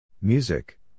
Music